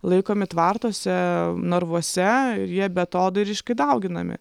laikomi tvartuose narvuose jie beatodairiškai dauginami